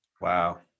Wow